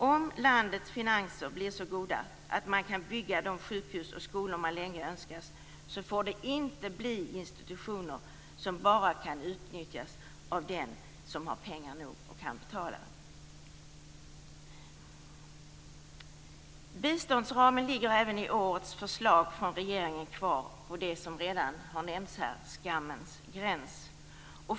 Om landets finanser blir så goda att man kan bygga de sjukhus och skolor man länge önskat får det inte bli institutioner som bara kan utnyttjas av den som har pengar nog och kan betala. Biståndsramen ligger även i årets förslag från regeringen kvar på, som redan har nämnts här, skammens gräns.